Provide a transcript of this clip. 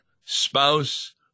spouse